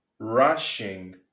rushing